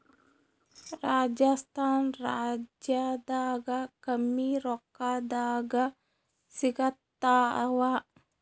ರಾಜಸ್ಥಾನ ರಾಜ್ಯದಾಗ ಕಮ್ಮಿ ರೊಕ್ಕದಾಗ ಸಿಗತ್ತಾವಾ?